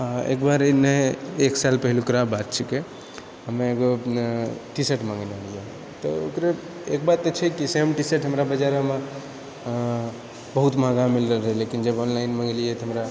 एक बारी नहि एक साल पहिलुकरा बात छीकै हमे एगो टी शर्ट मङ्गेले रहियै तऽ ओकरे एक बात तऽ छै कि सेम टी शर्ट हमरा बजारमऽ बहुत महगा मिलल रहय लेकिन जब ऑनलाइन मङ्गेलियै तऽ हमरा